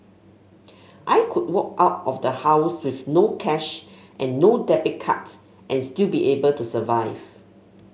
I could walk out of the house with no cash and no debit card and still be able to survive